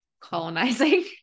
colonizing